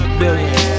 billion